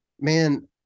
man